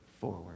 forward